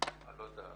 אני לא יודע,